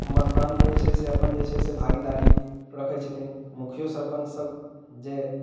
मतदानमे जे छै से अपन जे छै से भागेदारी रखैत छथिन मुखिओ सरपञ्च सब जे